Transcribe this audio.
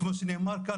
כמו שנאמר כאן,